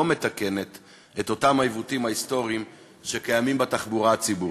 מתקנת את אותם העיוותים ההיסטוריים שקיימים בתחבורה הציבורית.